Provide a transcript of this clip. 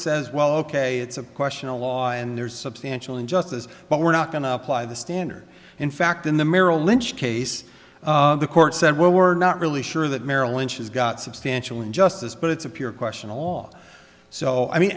says well ok it's a question a law and there's substantial injustice but we're not going to apply the standard in fact in the merrill lynch case the court said well we're not really sure that merrill lynch has got substantial injustice but it's a pure question of law so i mean